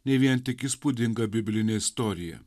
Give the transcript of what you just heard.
nei vien tik įspūdinga biblinė istorija